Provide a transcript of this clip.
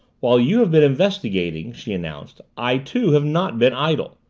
while you have been investigating, she announced, i, too, have not been idle.